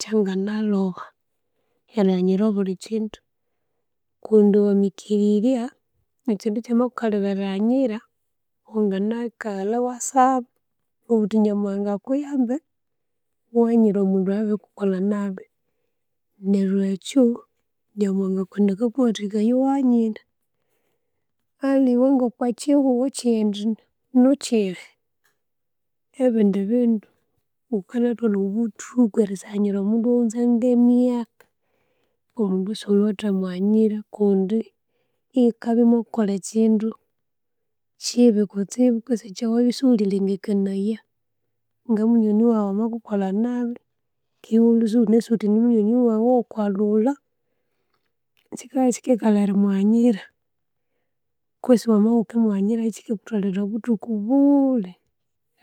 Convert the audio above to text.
kyanganaloba erighanyira obulhi kindu kundi wamikirirya ekindu kyamakukalira erighanyira wangina kalha ewasaba, ewabugha wuthi Nyamuhanga akuyambe ghughanyire omundu eyabikukolha naabi. Neryu ekyo Nyamuhanga kundi akakuwatikaya iwaghanyira aliwe ngwakwo ekyihuho chiindi nuu chiiri. Ebindu bindu ghukanatwala obuthuku erisaghanyira omundu wanghunza nge'emyaka, omundu isighuli watha mughaniyra kundi inakabya mwakukholha ekindu chiibi kutsibu kutse ikyewabya isughilengekanaya. Ngamunywoni waghu amakukolha naabi, kii ighulwe ighunasi ghuthi nimunywoni waghu owo'okwalhulha, chikabya ichikikalha erimughanyira. Kwetsi wamabya ighuki mughanyira echikikutwalhira obuthuku buuuli